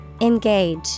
engage